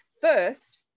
first